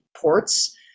ports